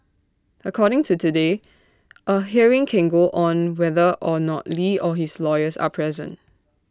according to today A hearing can go on whether or not li or his lawyers are present